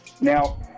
Now